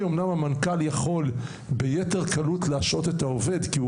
אמנם המנכ"ל יכול ביתר קלות להשעות את העובד כי הוא